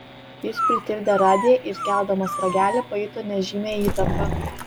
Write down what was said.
jis pritildė radiją ir keldamas ragelį pajuto nežymią įtampą